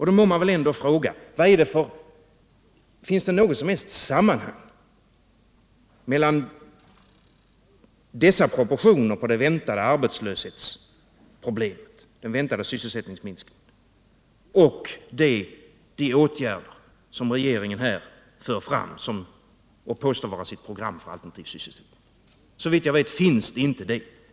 Då må man väl ändå fråga: Finns det något som helst sammanhang mellan dessa proportioner på den väntade sysselsättningsminskningen och de åtgärder som regeringen här för fram och påstår vara sitt program för alternativ sysselsättning? Såvitt jag vet finns det inte det.